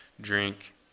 drink